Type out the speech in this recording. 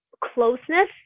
closeness